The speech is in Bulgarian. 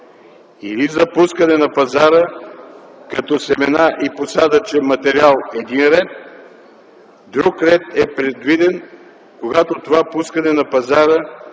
или за пускане на пазара като семена и посадъчен материал – един ред. Друг ред е предвиден, когато това пускане на пазара е